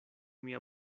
mia